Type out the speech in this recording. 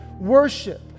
worship